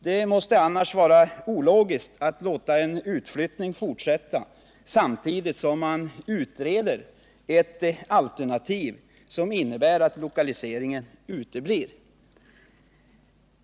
Det måste vara ologiskt att låta en utflyttning fortsätta samtidigt som man utreder ett alternativ som innebär att lokaliseringen uteblir.